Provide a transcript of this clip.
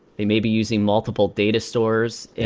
they may be using multiple data stores.